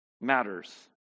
matters